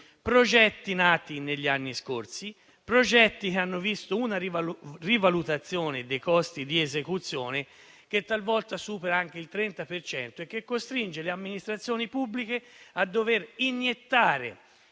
progetti nati negli anni scorsi, che hanno visto una rivalutazione dei costi di esecuzione che talvolta supera anche il 30 per cento e che costringe le amministrazioni pubbliche a iniettare